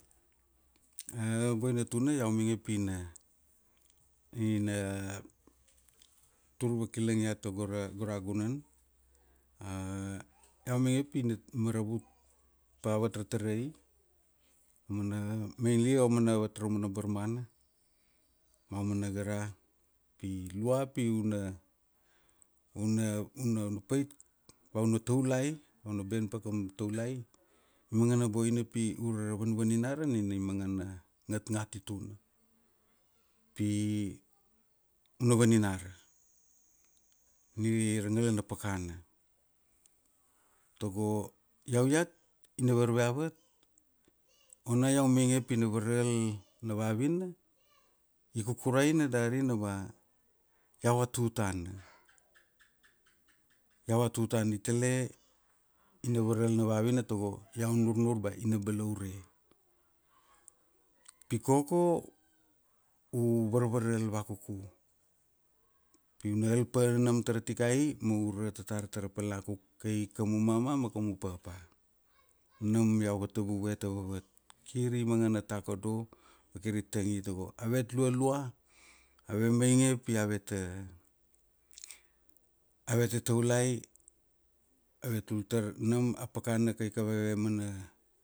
Boina tuna iau mainge pi na, ina, turvakilang iat togo ra gora gunan, iau mainge pina maravut pa avat ra tarai, mana meinli aumana avat raumana barmana, ma aumana gara, pi lua pi una, una, una pait ba una taulai ba una ben pa koum taulai, mangana boina pi ure ra vanvaninara nina i mangana ngatngatituna. Pi, una vaninara ni ra ngala na pakana, togo iau iat ina varve avat, ona iau mainge pina varal na vavina, i kukuraina darina ba iau a tutana, iau a tutana itale ina varal na vavina tago iau nurnur ba ina balaure. Pi koko u varvaral vakuku. Pi una al pa nam taratikai ma ura tatar tara pal na kuk kai kamu mama ma kamu papa. Nam iau vatabuve tavavat. Kiri mangana takodo, vakiri tangi takodo avet lualua ave mainge pi aveta, aveta taulai ave tultar nam a pakana kai kamave mana.